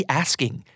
asking